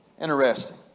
interesting